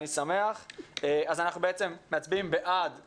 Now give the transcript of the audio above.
אז אנחנו בעצם מצביעים בעד הרוויזיה.